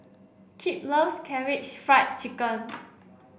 Kipp loves Karaage Fried Chicken